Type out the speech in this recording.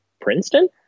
Princeton